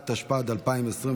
התשפ"ד 2023,